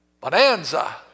Bonanza